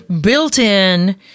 built-in